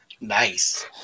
Nice